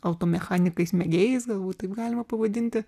auto mechanikais mėgėjais galbūt taip galima pavadinti